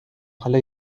حالا